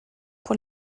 pour